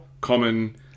common